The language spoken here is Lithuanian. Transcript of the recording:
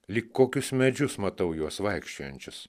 lyg kokius medžius matau juos vaikščiojančius